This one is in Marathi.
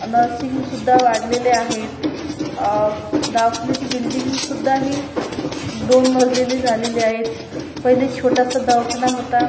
नर्सिंगसुद्धा वाढलेले आहेत दवाखान्याची बिल्डिंगसुद्धा ही दोन मजलेली झालेली आहेत पहिले छोटासा दवाखाना होता